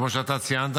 כמו שאתה ציינת,